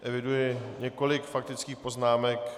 Eviduji několik faktických poznámek.